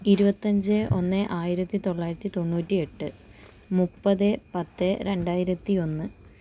ഇരുപത്തഞ്ച് ഒന്ന് ആയിരത്തി തൊള്ളായിരത്തി തൊണ്ണൂറ്റി എട്ട് മുപ്പത് പത്ത് രണ്ടായിരത്തി ഒന്ന്